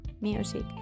music